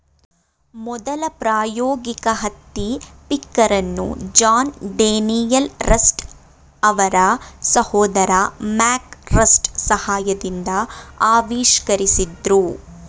ಮೊದಲ ಪ್ರಾಯೋಗಿಕ ಹತ್ತಿ ಪಿಕ್ಕರನ್ನು ಜಾನ್ ಡೇನಿಯಲ್ ರಸ್ಟ್ ಅವರ ಸಹೋದರ ಮ್ಯಾಕ್ ರಸ್ಟ್ ಸಹಾಯದಿಂದ ಆವಿಷ್ಕರಿಸಿದ್ರು